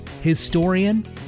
historian